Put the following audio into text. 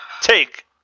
take